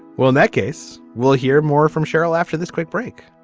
well in that case we'll hear more from cheryl after this quick break